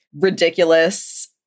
ridiculous